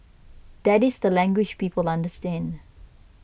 that is the language people understand